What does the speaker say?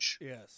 Yes